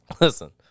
Listen